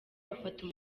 bafata